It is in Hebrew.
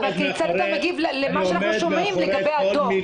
אבל כיצד אתה מגיב למה שאנחנו שומעים לגבי הדוח?